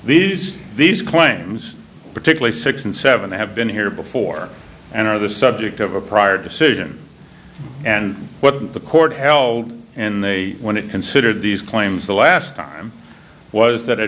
these these claims particularly six and seven have been here before and are the subject of a prior decision and what the court held and they when it considered these claims the last time was that a